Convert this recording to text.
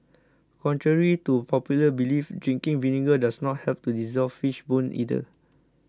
contrary to popular belief drinking vinegar does not help to dissolve fish bones either